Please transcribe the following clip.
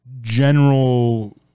general